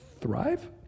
thrive